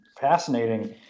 fascinating